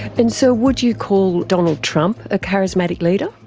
and so would you call donald trump a charismatic leader?